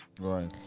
Right